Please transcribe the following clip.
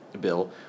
bill